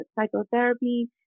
psychotherapy